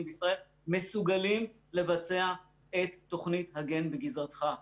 בישראלים מסוגלים לבצע את תוכנית "הגן בגזרתך".